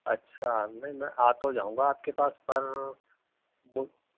اچھا نہیں میں آ تو جاؤں گا آپ کے پاس پر